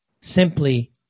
simply